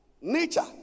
nature